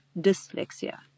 dyslexia